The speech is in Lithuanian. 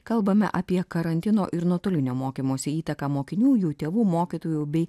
kalbame apie karantino ir nuotolinio mokymosi įtaką mokinių jų tėvų mokytojų bei